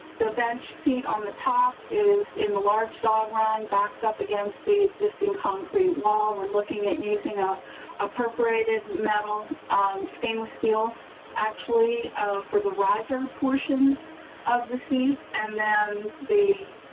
the bench seat on the top is in the large dog run backs up against the existing concrete wall. we're looking at using a ah perforated metal stainless steel actually have for the riser portions of the seat and then the